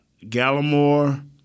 Gallimore